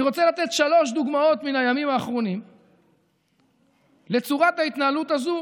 אני רוצה לתת שלוש דוגמאות מהימים האחרונים לצורת ההתנהלות הזאת